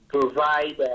provide